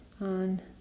on